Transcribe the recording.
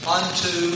unto